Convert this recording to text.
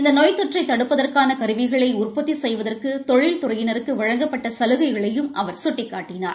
இந்த நோய் தொற்றை தடுப்பதற்கான கருவிகளை உற்பத்தி செய்வதற்கு தொழில் துறையினருக்கு வழங்கப்பட்ட சலுகைகளையும் அவர் சுட்டிக்காட்டினார்